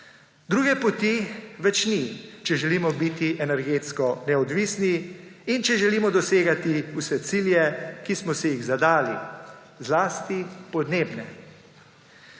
Druge poti več ni, če želimo biti energetsko neodvisni in če želimo dosegati vse cilje, ki smo si jih zadali, zlasti podnebne.